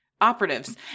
operatives